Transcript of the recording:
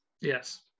Yes